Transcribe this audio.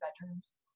bedrooms